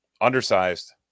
undersized